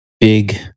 big